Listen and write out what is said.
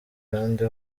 kandi